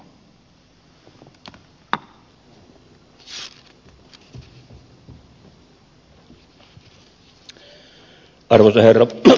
arvoisa herra puhemies